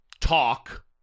talk